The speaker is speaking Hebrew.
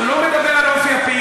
אני לא אומר את זה על אופי הפעילות,